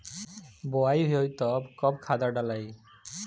बोआई होई तब कब खादार डालाई?